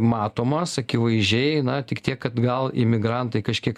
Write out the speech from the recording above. matomas akivaizdžiai na tik tiek kad gal imigrantai kažkiek